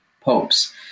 popes